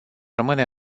rămâne